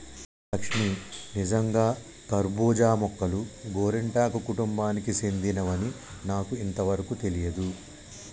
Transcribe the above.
లక్ష్మీ నిజంగా కర్బూజా మొక్కలు గోరింటాకు కుటుంబానికి సెందినవని నాకు ఇంతవరకు తెలియదు